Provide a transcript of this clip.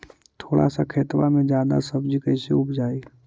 थोड़ा सा खेतबा में जादा सब्ज़ी कैसे उपजाई?